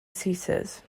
ceases